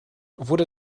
wurde